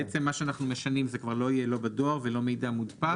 בעצם מה שאנחנו משנים זה כבר לא יהיה לא בדואר ולא מידע מודפס.